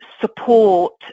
support